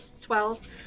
Twelve